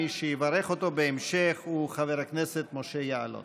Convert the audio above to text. מי שיברך אותו בהמשך הוא חבר הכנסת משה יעלון.